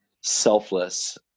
selfless